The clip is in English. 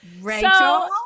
Rachel